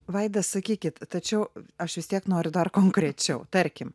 vaida sakykit tačiau aš vis tiek noriu dar konkrečiau tarkim